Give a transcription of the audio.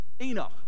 Enoch